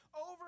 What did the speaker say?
Over